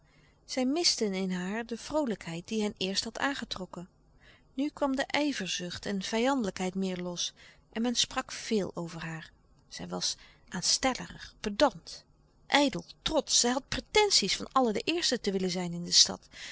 zij misten in haar de vroolijkheid die hen eerst had aangetrokken nu kwam de ijverzucht en vijandelijkheid meer los en men sprak veel over haar zij was aanstellerig pedant ijdel trotsch zij had pretenties van altijd de eerste te willen zijn in de stad